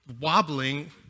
wobbling